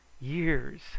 years